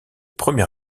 premier